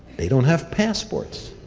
they don't have passports.